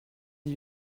lui